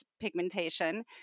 pigmentation